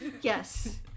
Yes